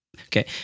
okay